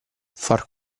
far